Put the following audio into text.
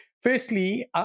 Firstly